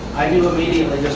i knew immediately this